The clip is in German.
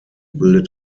bildet